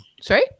Sorry